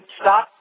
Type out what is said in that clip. stop